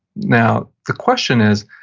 now, the question is,